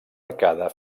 arcada